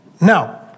Now